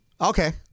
Okay